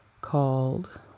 Called